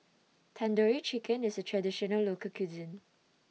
Tandoori Chicken IS A Traditional Local Cuisine